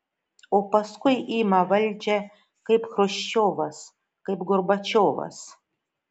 o paskui ima valdžią kaip chruščiovas kaip gorbačiovas